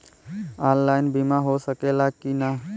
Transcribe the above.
Online बीमा हो सकेला की ना?